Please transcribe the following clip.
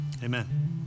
Amen